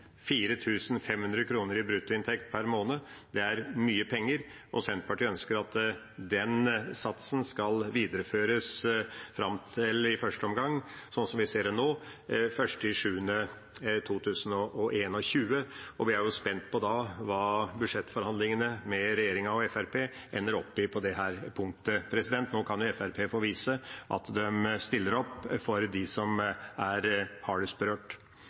er mye penger. Senterpartiet ønsker at den satsen skal videreføres – i første omgang, slik vi ser det nå – fram til 1. juli 2021. Vi er spent på hva budsjettforhandlingene mellom regjeringa og Fremskrittspartiet ender opp i på dette punktet. Nå kan jo Fremskrittspartiet få vise at de stiller opp for dem som er